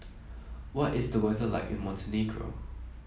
what is the weather like in Montenegro